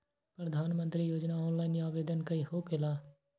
प्रधानमंत्री योजना ऑनलाइन आवेदन होकेला?